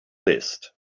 list